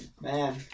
Man